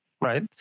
right